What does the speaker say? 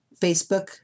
Facebook